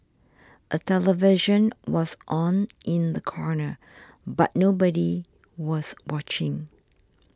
a television was on in the corner but nobody was watching